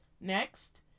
next